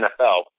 NFL